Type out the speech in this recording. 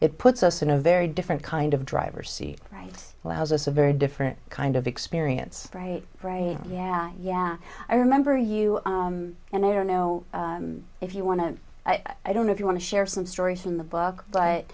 puts us in a very different kind of driver seat right laus us a very different kind of experience right right yeah yeah i remember you and i don't know if you want to i don't know if you want to share some stories in the book but